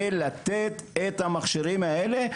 ולתת את המכשירים האלה.